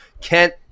Kent